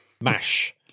mash